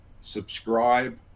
subscribe